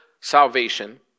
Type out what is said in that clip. salvation